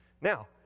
Now